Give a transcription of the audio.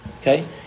okay